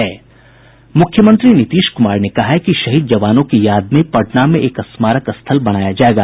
मुख्यमंत्री नीतीश कुमार ने कहा है कि शहीद जवानों की याद में पटना में एक स्मारक स्थल बनाया जायेगा